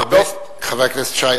חבר הכנסת שי,